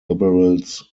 liberals